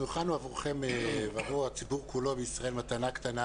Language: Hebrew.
אנחנו הכנו עבורכם ועבור הציבור כולו בישראל מתנה קטנה.